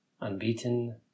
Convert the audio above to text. unbeaten